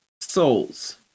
souls